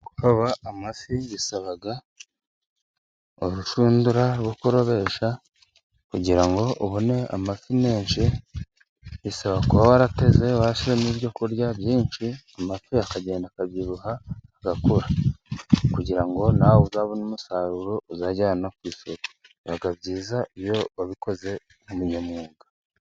Kuroba amafi bisaba urushundura rwo kurobesha kugira ngo ubone amafi menshi, bisaba kuba warateze warashyizemo ibyo kurya byinshi, amafi akagenda akabyibuha agakura. Kugira ngo nawe uzabone umusaruro uzajyana ku isoko, biba byiza iyo wabikoze kinyamwuga.